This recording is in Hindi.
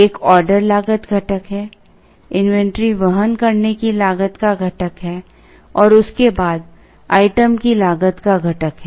एक ऑर्डर लागत घटक है इन्वेंट्री वहन करने की लागत का घटक है और उसके बाद आइटम की लागत का घटक है